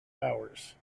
hours